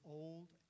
old